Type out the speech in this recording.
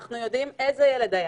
אנחנו יודעים איזה ילד היה,